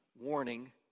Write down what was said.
Warning